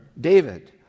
David—